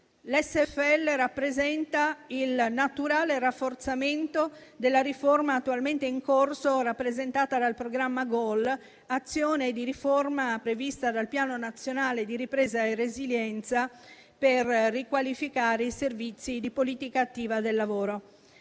L'SFL rappresenta il naturale rafforzamento della riforma attualmente in corso rappresentata dal programma GOL, azione di riforma prevista dal Piano nazionale di ripresa e resilienza per riqualificare i servizi di politica attiva del lavoro.